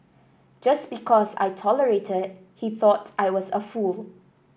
just because I tolerated he thought I was a fool